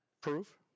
proof